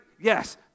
yes